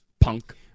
punk